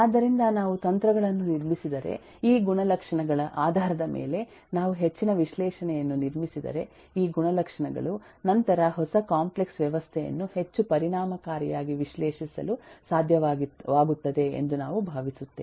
ಆದ್ದರಿಂದ ನಾವು ತಂತ್ರಗಳನ್ನು ನಿರ್ಮಿಸಿದರೆ ಈ ಗುಣಲಕ್ಷಣಗಳ ಆಧಾರದ ಮೇಲೆ ನಾವು ಹೆಚ್ಚಿನ ವಿಶ್ಲೇಷಣೆಯನ್ನು ನಿರ್ಮಿಸಿದರೆ ಈ ಗುಣಲಕ್ಷಣಗಳು ನಂತರ ಹೊಸ ಕಾಂಪ್ಲೆಕ್ಸ್ ವ್ಯವಸ್ಥೆಯನ್ನು ಹೆಚ್ಚು ಪರಿಣಾಮಕಾರಿಯಾಗಿ ವಿಶ್ಲೇಷಿಸಲು ಸಾಧ್ಯವಾಗುತ್ತದೆ ಎಂದು ನಾವು ಭಾವಿಸುತ್ತೇವೆ